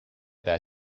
their